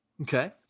Okay